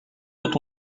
doit